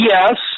Yes